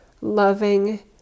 loving